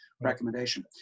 recommendation